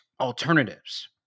alternatives